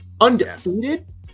undefeated